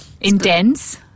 Intense